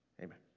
Amen